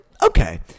okay